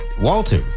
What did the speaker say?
Walter